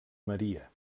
maria